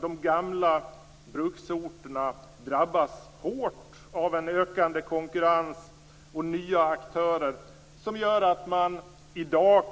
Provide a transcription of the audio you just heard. De gamla bruksorterna drabbas hårt av en ökande konkurrens och nya aktörer. Man kan i dag